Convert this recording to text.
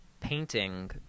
painting